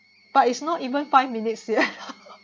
but it's not even five minutes yet